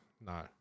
No